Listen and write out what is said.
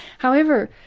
however,